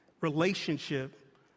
relationship